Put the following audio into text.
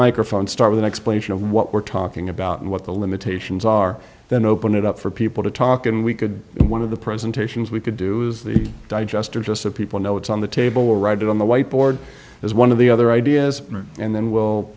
microphone start with an explanation of what we're talking about and what the limitations are then open it up for people to talk and we could one of the presentations we could do is the digester just so people know it's on the table or write it on the whiteboard as one of the other ideas and then we'll